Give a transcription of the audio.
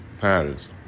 Patterns